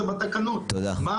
הראשוני.